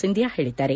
ಸಿಂಧ್ಯಾ ಹೇಳಿದ್ದಾರೆ